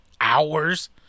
hours